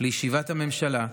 לישיבת הממשלה,